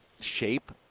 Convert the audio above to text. shape